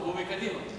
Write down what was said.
הוא מקדימה.